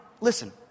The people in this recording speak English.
listen